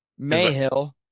Mayhill